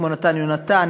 כמו נתן יונתן,